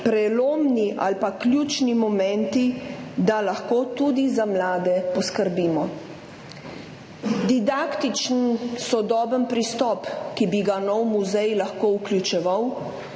prelomni ali ključni momenti, da lahko tudi za mlade poskrbimo. Didaktičen, sodoben pristop, ki bi ga nov muzej lahko vključeval,